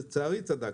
לצערי צדקתי.